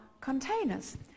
containers